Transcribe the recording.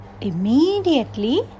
immediately